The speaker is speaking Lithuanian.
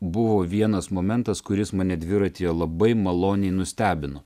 buvo vienas momentas kuris mane dviratyje labai maloniai nustebino